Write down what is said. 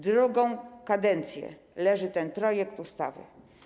Drugą kadencję leży ten projekt ustawy.